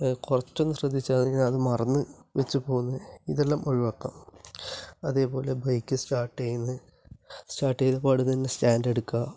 കുറച്ചു ഒന്ന് ശ്രദ്ധിച്ചു കഴിഞ്ഞാല് മറന്ന് വച്ചു പോകുന്ന ഇതെല്ലാം ഒഴിവാക്കാം അതേപോലെ ബൈക്ക് സ്റ്റാര്ട്ട് ചെയ്യുന്നത് സ്റ്റാര്ട്ട് ചെയ്യുന്നത് പാടെ തന്നെ സ്റ്റാന്ഡ് എടുക്കുക